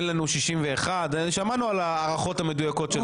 אין לנו 61. שמענו על ההערכות המדויקות שלכם.